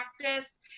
practice